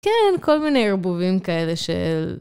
כן, כל מיני ערבובים כאלה של...